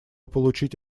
получить